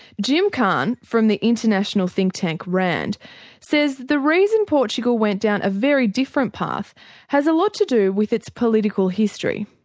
jim kahan from the international think-tank rand says the reason portugal went down a very different path has a lot to do with its political history.